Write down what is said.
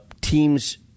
teams